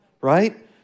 right